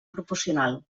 proporcional